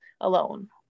alone